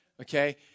Okay